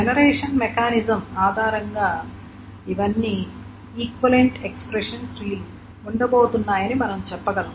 generation mechanism ఆధారంగా ఇవన్నీ equivalent expression ట్రీలు గా ఉండబోతున్నాయని మనం చెప్పగలం